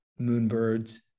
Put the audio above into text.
Moonbird's